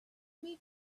meet